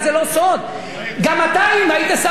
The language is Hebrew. גם אתה, אם היית שר אוצר, היית נוהג אותו דבר.